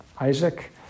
Isaac